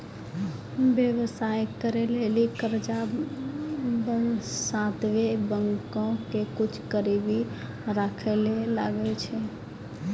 व्यवसाय करै लेली कर्जा बासतें बैंको के कुछु गरीबी राखै ले लागै छै